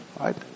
Right